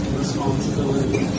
responsibility